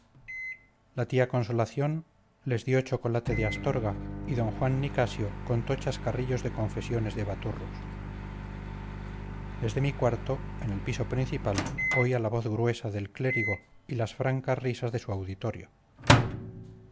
la tía consolación le les dio chocolate de astorga y d juan nicasio contó chascarrillos de confesiones de baturros desde mi cuarto en el piso principal oía la voz gruesa del clérigo y las francas risas de su auditorio